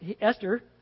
Esther